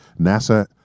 NASA